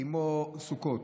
כמו סוכות,